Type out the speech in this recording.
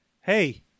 hey